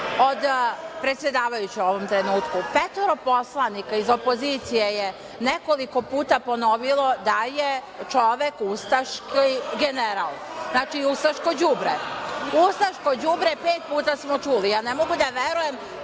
predsedavajuća u ovom trenutku, petoro poslanika iz opozicije je nekoliko puta ponovilo da je čovek ustaški general, znači, ustaško đubre. Ustaško đubre - pet puta smo čuli. Ja ne mogu da verujem